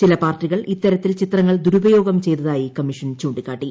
ചില പാർട്ടികൾ ഇത്തരത്തിൽ ചിത്രങ്ങൾ ദുരുപയോഗം ചെയ്തതായി കമ്മീഷൻ ചൂ ിക്കാട്ടി